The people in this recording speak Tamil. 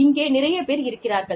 இங்கே நிறையப் பேர் இருக்கிறார்கள்